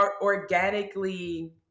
organically